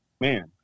man